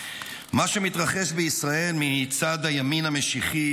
"מה שמתרחש בישראל מצד הימין המשיחי,